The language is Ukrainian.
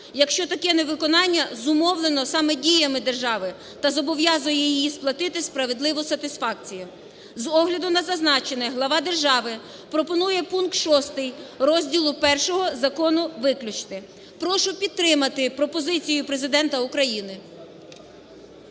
якщо таке невиконання зумовлено саме діями держави та зобов'язує її сплатити справедливу сатисфакцію. З огляду на зазначене глава держави пропонує пункт 6 розділу І закону виключити. Прошу підтримати пропозиції Президента України.